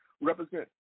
represent